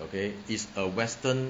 okay is a western